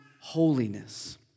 holiness